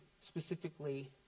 specifically